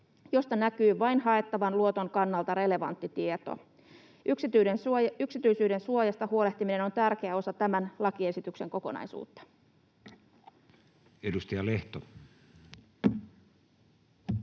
josta näkyy vain haettavan luoton kannalta relevantti tieto. Yksityisyydensuojasta huolehtiminen on tärkeä osa tämän lakiesityksen kokonaisuutta. [Speech